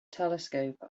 telescope